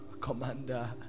commander